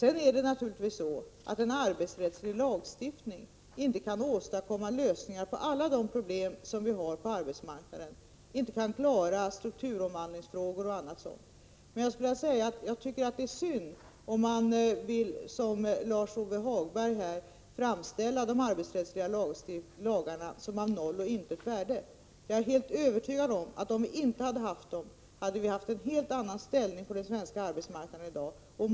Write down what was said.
En arbetsrättslig lagstiftning kan naturligtvis inte åstadkomma lösningar på alla de problem som vi har på arbetsmarknaden, inte klara t.ex. strukturomvandlingsfrågorna. Jag skulle vilja säga att det är synd om man, som Lars-Ove Hagberg, vill framställa de arbetsrättsliga lagarna som varande av noll och intet värde. Jag är helt övertygad om att om vi inte hade haft dem, hade vi haft en helt annan situation på den svenska arbetsmarknaden i dag.